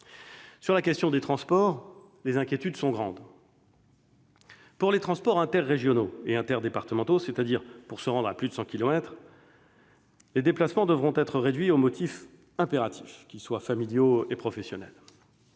Sur la question des transports, les inquiétudes sont grandes. Pour les transports interrégionaux et interdépartementaux, c'est-à-dire pour effectuer des trajets de plus de 100 kilomètres, les déplacements devront être réduits au motif impératif qu'ils soient familiaux et professionnels.